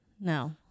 No